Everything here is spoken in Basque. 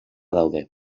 daude